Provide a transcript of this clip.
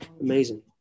amazing